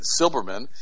Silberman